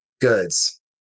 goods